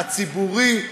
הציבורי,